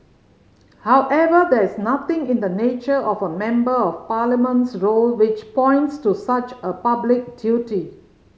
however there is nothing in the nature of a Member of Parliament's role which points to such a public duty